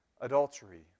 adultery